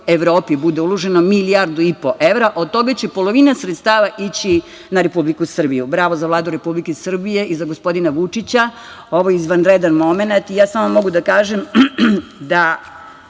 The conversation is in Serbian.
Evropi bude uloženo milijardu i po evra, od toga će polovina sredstava ići na Republiku Srbiju. Bravo za Vladu Republike Srbije i za gospodina Vučića. Ovo je izvanredan momenat i ja samo mogu da kažem da